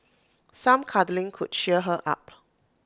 some cuddling could cheer her up